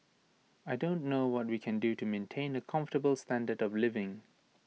I don't know what we can do to maintain A comfortable standard of living